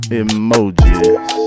emojis